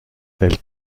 elle